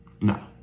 no